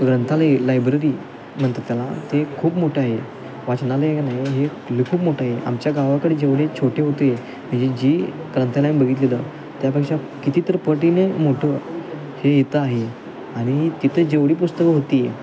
ग्रंथालय लायब्ररी म्हणतात त्याला ते खूप मोठं आहे वाचनालय का नाही हे लई खूप मोठं आहे आमच्या गावाकडे जेवढे छोटे होते म्हणजे जी ग्रंथालय आम्ही बघितले ना त्यापेक्षा किती तर पटीने मोठं हे इथं आहे आणि तिथे जेवढी पुस्तकं होती